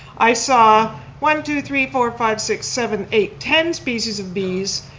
i saw one, two, three, four, five, six, seven, eight, ten species of bees,